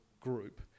group